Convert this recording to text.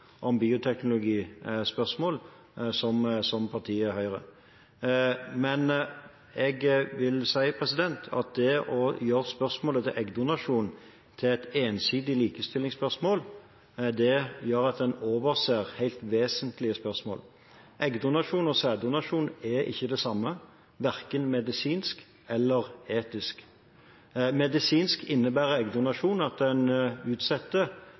om bioteknologispørsmål som partiet Høyre. Men jeg vil si at det å gjøre spørsmålet om eggdonasjon ensidig til et likestillingsspørsmål gjør at en overser helt vesentlige spørsmål. Eggdonasjon og sæddonasjon er ikke det samme, verken medisinsk eller etisk. Medisinsk innebærer eggdonasjon at en utsetter